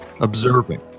observing